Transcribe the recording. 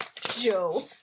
Joe